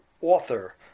author